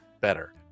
better